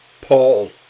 Paul